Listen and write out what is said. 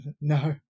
No